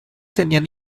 tenían